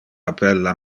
appella